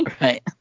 right